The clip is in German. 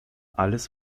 alles